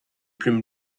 plumes